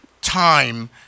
time